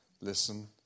listen